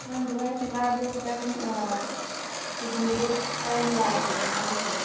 ꯉꯝꯗꯕ ꯍꯥꯏꯁꯦ ꯃꯥꯗꯣ ꯈꯤꯇꯪ ꯀꯤꯗꯅꯤꯗꯣ ꯈꯔ ꯅꯨꯡꯉꯥꯏꯇ꯭ꯔꯦꯕ ꯃꯥꯒꯤꯁꯦ